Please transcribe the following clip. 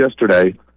yesterday